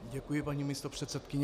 Děkuji, paní místopředsedkyně.